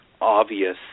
obvious